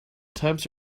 times